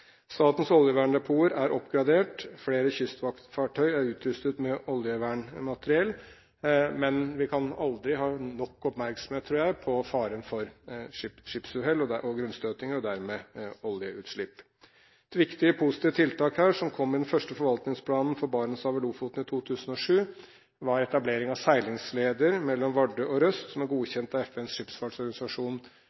Statens oljeverndepoter er oppgradert, og flere kystvaktfartøy er utrustet med oljevernmateriell. Men vi kan aldri ha nok oppmerksomhet – tror jeg – på faren for skipsuhell og grunnstøtinger, og dermed oljeutslipp. Et viktig positivt tiltak her, som kom i den første forvaltningsplanen for Barentshavet og Lofoten i 2007, var etablering av seilingsleder mellom Vardø og Røst, som er